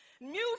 Music